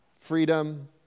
freedom